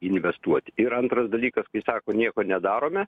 investuoti ir antras dalykas kai sako nieko nedarome